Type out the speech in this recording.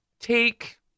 Take